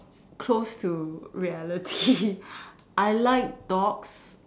close to reality I like dogs